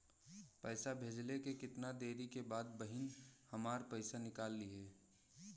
पैसा भेजले के कितना देरी के बाद बहिन हमार पैसा निकाल लिहे?